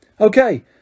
Okay